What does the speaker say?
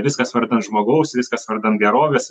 viskas vardan žmogaus viskas vardan gerovės